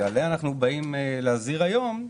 שעליה אנחנו באים להזהיר היום,